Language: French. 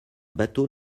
bateau